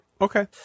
Okay